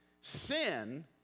Sin